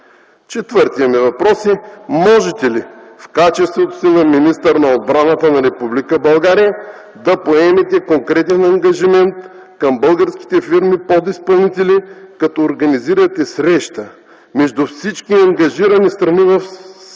Четвъртият ми въпрос е: можете ли в качеството си на министър на отбраната на Република България да поемете конкретен ангажимент към българските фирми подизпълнители, като организирате среща между всички ангажирани страни в спора,